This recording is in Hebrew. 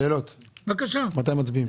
שאלה, מתי מצביעים?